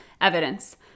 evidence